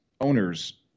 owners